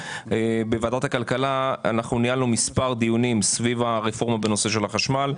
ניהלנו בוועדת הכלכלה מספר דיונים סביב הרפורמה בנושא החשמל.